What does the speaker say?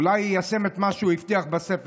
אולי הוא יישם את מה שהוא הבטיח בספר.